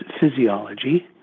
physiology